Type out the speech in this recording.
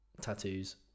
tattoos